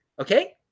Okay